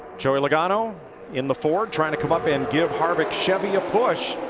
joey logano in the ford trying to come up and give harvick's chevy a push.